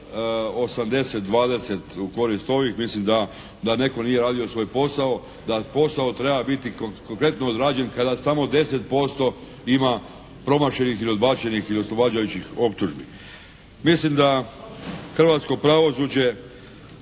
80:20 u korist ovih. Mislim da netko nije radio svoj posao, da posao treba biti konkretno odrađen kada samo 10% ima promašenih ili odbačenih ili oslobađajućih optužbi. Mislim da hrvatsko pravosuđe